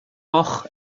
muc